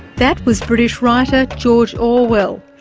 that was british writer george orwell,